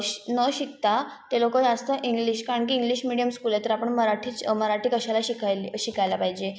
श न शिकता ते लोकं जास्त इंग्लिश कारणकी इंग्लिश मीडियम स्कूल आहे तर आपण मराठीच मराठी कशाला शिकायली शिकायला पाहिजे